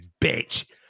bitch